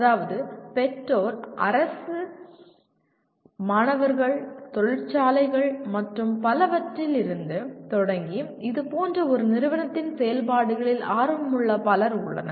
அதாவது பெற்றோர் அரசு மாணவர்கள் தொழிற்சாலைகள் மற்றும் பலவற்றிலிருந்து தொடங்கி இதுபோன்ற ஒரு நிறுவனத்தின் செயல்பாடுகளில் ஆர்வமுள்ள பலர் உள்ளனர்